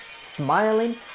smiling